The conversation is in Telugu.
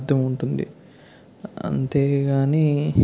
అర్థం ఉంటుంది అంతే కానీ